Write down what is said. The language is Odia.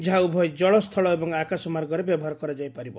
ଯାହା ଉଭୟ ଜଳ ସ୍ଥଳ ଏବଂ ଆକାଶ ମାର୍ଗରେ ବ୍ୟବହାର କରାଯାଇପାରିବ